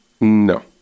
no